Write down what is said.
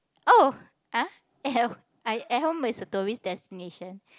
oh ah I I at home is a tourist destination